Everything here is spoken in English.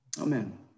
Amen